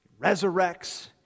resurrects